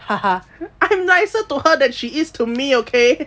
I'm nicer to her than she is to me okay